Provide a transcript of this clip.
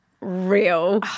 real